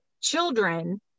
children